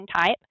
type